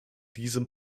diesem